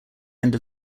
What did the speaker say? end